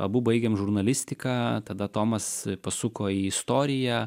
abu baigėm žurnalistiką tada tomas pasuko į istoriją